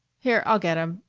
here i'll get him.